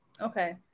Okay